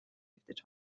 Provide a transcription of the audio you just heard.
хэвтэж